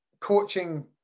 coaching